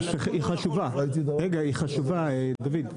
זה חשוב, דוד.